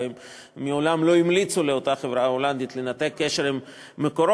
והם מעולם לא המליצו לאותה חברה הולנדית לנתק קשר עם "מקורות".